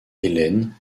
hélène